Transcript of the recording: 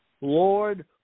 Lord